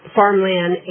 farmland